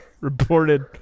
reported